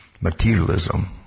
materialism